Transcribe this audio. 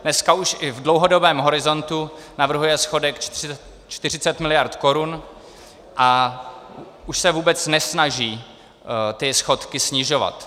Dneska už i v dlouhodobém horizontu navrhuje schodek 40 miliard korun a už se vůbec nesnaží ty schodky snižovat.